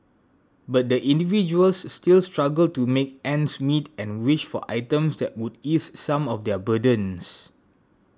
but the individuals still struggle to make ends meet and wish for items that would ease some of their burdens